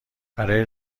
برای